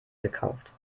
gekauft